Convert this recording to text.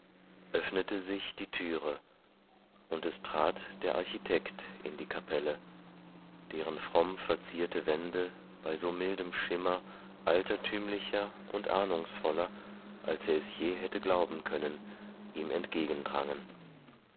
öffnete sich die türe und es trat der architekt in die kapelle deren fromm verzierte wände bei so mildem schimmer altertümlicher und ahnungsvoller als er je hätte glauben können ihm